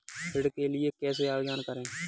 ऋण के लिए कैसे आवेदन करें?